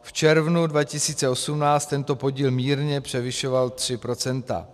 V červnu 2018 tento podíl mírně převyšoval 3 %.